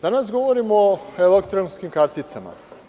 Danas govorimo o elektronskim karticama.